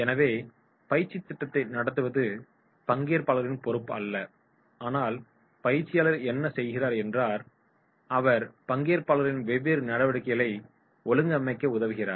எனவே பயிற்சித் திட்டத்தை நடத்துவது பங்கேற்பாளரின் பொறுப்பல்ல ஆனால் பயிற்சியாளர் என்ன செய்கிறார் என்றால் அவர் பங்கேற்பாளர்களின் வெவ்வேறு நடவடிக்கைகளை ஒழுங்கமைக்க உதவுகிறார்